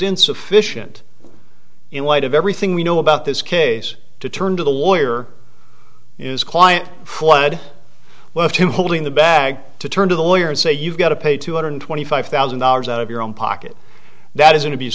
insufficient in light of everything we know about this case to turn to the lawyer is client fled left him holding the bag to turn to the lawyers say you've got to pay two hundred twenty five thousand dollars out of your own pocket that is an abuse